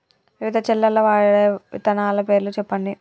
వివిధ చేలల్ల వాడే విత్తనాల పేర్లు చెప్పండి?